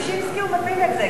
בששינסקי הוא מבין את זה,